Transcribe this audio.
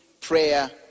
prayer